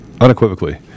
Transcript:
unequivocally